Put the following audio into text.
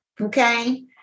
okay